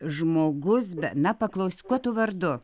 žmogus be na paklausiu kuo tu vardu